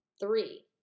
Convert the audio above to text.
Three